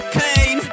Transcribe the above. pain